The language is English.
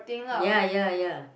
ya ya ya